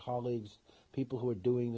colleagues people who are doing